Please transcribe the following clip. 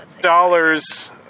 dollars